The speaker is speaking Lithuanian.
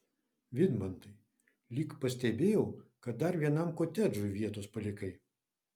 vidmantai lyg pastebėjau kad dar vienam kotedžui vietos palikai